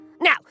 Now